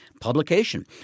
publication